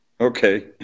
Okay